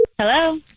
Hello